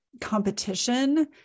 competition